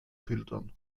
filtern